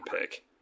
pick